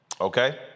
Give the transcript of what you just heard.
Okay